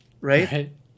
right